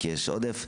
כי יש עודף.